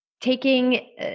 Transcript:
taking